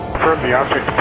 the object